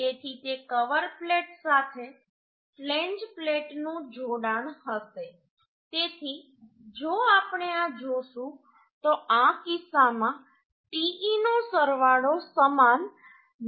તેથી તે cover plate સાથે ફ્લેંજ પ્લેટનું જોડાણ હશે તેથી જો આપણે આ જોશું તો આ કિસ્સામાં te નો સરવાળો સમાન 9